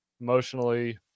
emotionally